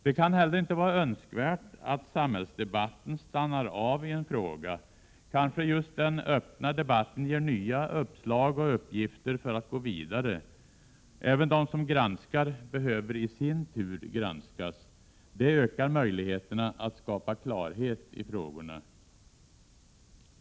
Det kan heller inte vara önskvärt att samhällsdebatten stannar av i en fråga. Kanske just den öppna debatten ger nya uppslag och uppgifter för att gå vidare. Även de som granskar behöver i sin tur granskas. Detta ökar möjligheterna att skapa klarhet i frågorna.